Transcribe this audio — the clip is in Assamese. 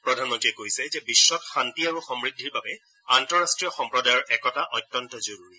প্ৰধানমন্ত্ৰীয়ে কৈছে যে বিখত শান্তি আৰু সমূদ্ধিৰ বাবে আন্তঃৰাষ্ট্ৰীয় সম্প্ৰদায়ৰ একতা অত্যন্ত জৰুৰী